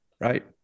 right